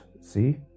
See